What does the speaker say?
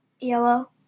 Yellow